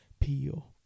peel